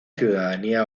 ciudadanía